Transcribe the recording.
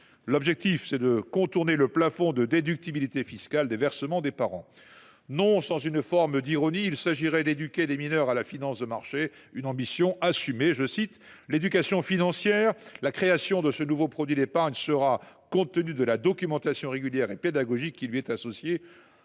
L’objectif est de contourner le plafond de déductibilité fiscale des versements des parents. Non sans une forme d’ironie, il s’agirait d’éduquer les mineurs à la finance de marché, une ambition assumée :« La création de ce nouveau produit d’épargne sera, compte tenu de la documentation régulière et pédagogique qui lui est associée,